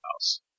house